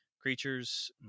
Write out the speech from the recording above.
creatures